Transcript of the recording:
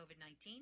COVID-19